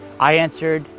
i answered,